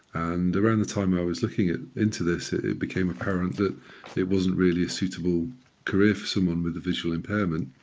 and around the time i was looking into this it became apparent that it wasn't really a suitable career for someone with a visual impairment.